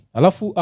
alafu